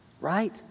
Right